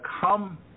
come